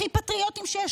הכי פטריוטים שיש.